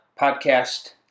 podcast